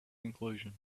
conclusion